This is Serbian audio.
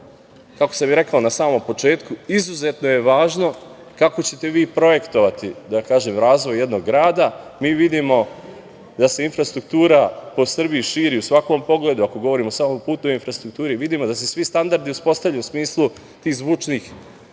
što sam i rekao na samom početku, kako ćete vi projektovati razvoj jednog grada. Mi vidimo da se infrastruktura po Srbiji širi u svakom pogledu, ako govorimo o samo putnoj infrastrukturi, vidimo da se svi standardi uspostavljaju u smislu tih zvučnih zidova